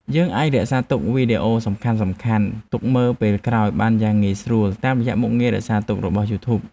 យើងអាចរក្សាទុកវីដេអូដែលសំខាន់ៗទុកមើលនៅពេលក្រោយបានយ៉ាងងាយស្រួលតាមរយៈមុខងាររក្សាទុករបស់យូធូប។